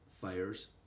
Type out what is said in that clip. fires